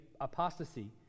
apostasy